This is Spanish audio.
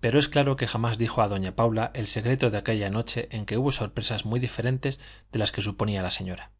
pero es claro que jamás dijo a doña paula el secreto de aquella noche en que hubo sorpresas muy diferentes de las que suponía la señora